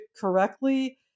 correctly